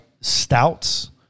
stouts